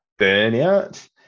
burnout